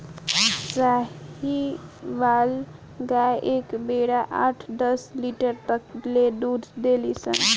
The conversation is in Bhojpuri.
साहीवाल गाय एक बेरा आठ दस लीटर तक ले दूध देली सन